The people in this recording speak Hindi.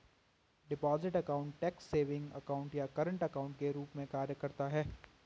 deposit account tax savings account या करंट अकाउंट के रूप में कार्य करता है